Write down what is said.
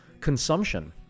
consumption